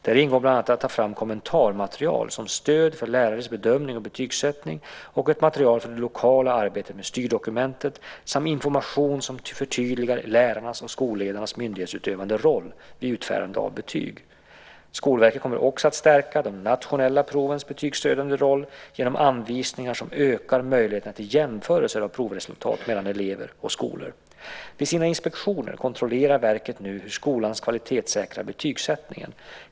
Där ingår bland annat att ta fram kommentarmaterial som stöd för lärares bedömning och betygssättning och ett material för det lokala arbetet med styrdokumentet samt information som förtydligar lärarnas och skolledarnas myndighetsutövande roll vid utfärdande av betyg. Skolverket kommer också att stärka de nationella provens betygsstödjande roll genom anvisningar som ökar möjligheten till jämförelser av provresultat mellan elever och skolor. Vid sina inspektioner kontrollerar verket nu hur skolan kvalitetssäkrar betygssättningen.